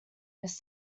this